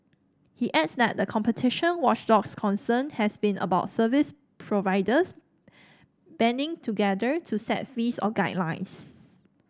he adds that the competition watchdog's concern has been about service providers banding together to set fees or guidelines